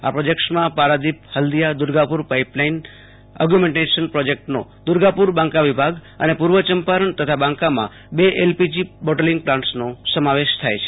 આ પ્રોજેકટસમાં Paradip Haldia Durgapur pipeline augmentation પ્રોજકટનો દુર્ગાપુર બાંકા વિભાગ અને પુર્વ ચંપારણ તથા બાંકામાં બે એલપીજી બોટલીંગ પ્લાન્ટસનો સમાવેશ થાય છે